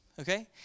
Okay